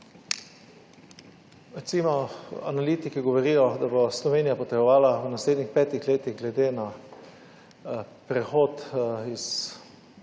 analitiki govorijo, da bo Slovenija potrebovala v naslednjih petih letih glede na prehod iz